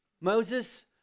Moses